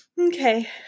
okay